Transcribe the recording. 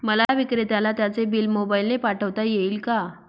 मला विक्रेत्याला त्याचे बिल मोबाईलने पाठवता येईल का?